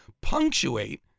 punctuate